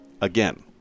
again